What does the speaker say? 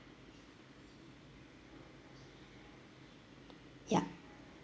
yup